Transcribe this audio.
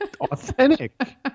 authentic